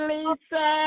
Lisa